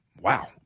wow